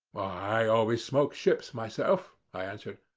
i always smoke ship's myself, i answered.